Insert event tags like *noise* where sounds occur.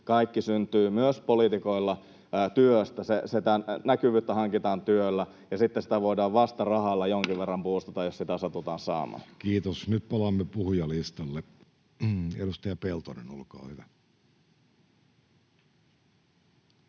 kaikki syntyy myös poliitikoilla työstä. Sitä näkyvyyttä hankitaan työllä, ja sitten vasta sitä voidaan rahalla jonkin verran buustata, *noise* jos sitä satutaan saamaan. Kiitos. — Nyt palaamme puhujalistalle. — Edustaja Peltonen, olkaa hyvä.